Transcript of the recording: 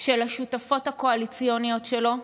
של השותפות הקואליציוניות שלו.